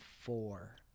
four